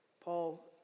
Paul